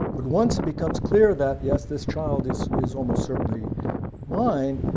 but once it becomes clear that, yes, this child is is almost certainly mine,